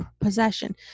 possession